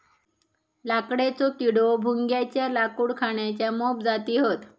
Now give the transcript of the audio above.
लाकडेचो किडो, भुंग्याच्या लाकूड खाण्याच्या मोप जाती हत